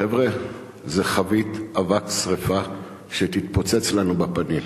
חבר'ה, זאת חבית אבק שרפה שתתפוצץ לנו בפנים.